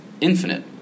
infinite